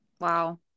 Wow